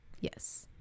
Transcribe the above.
Yes